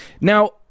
now